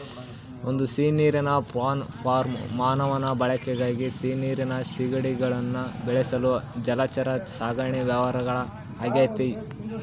ಒಂದು ಸಿಹಿನೀರಿನ prawn farm ಮಾನವನ ಬಳಕೆಗಾಗಿ ಸಿಹಿನೀರಿನ ಸೀಗಡಿಗುಳ್ನ ಬೆಳೆಸಲು ಜಲಚರ ಸಾಕಣೆ ವ್ಯವಹಾರ ಆಗೆತೆ